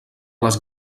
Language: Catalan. les